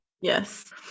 Yes